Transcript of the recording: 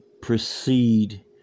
proceed